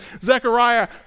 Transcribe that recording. Zechariah